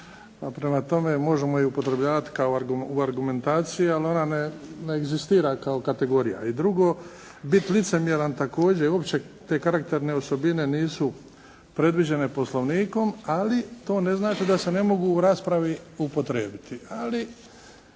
prema tome možemo je upotrebljavati u argumentaciji, ali ona ne egzistira kao kategorija. I drugo, bit licemjeran, također opće te karakterne osobine nisu predviđene Poslovnikom, ali to ne znači da se ne mogu u raspravi upotrijebiti.